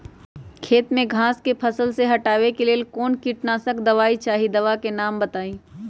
खेत में घास के फसल से हटावे के लेल कौन किटनाशक दवाई चाहि दवा का नाम बताआई?